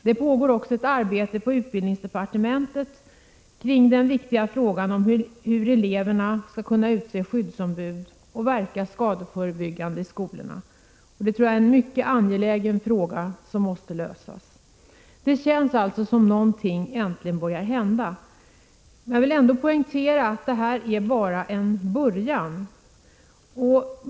Det pågår också ett arbete på utbildningsdepartementet i den viktiga frågan om hur eleverna skall kunna utse skyddsombud och verka skadeförebyggande i skolorna. Det här tycker jag är en mycket angelägen fråga, som måste lösas. Det känns alltså som om någonting äntligen börjar hända. Jag vill ändå poängtera att detta bara är början.